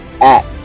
act